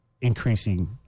increasing